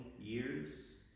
years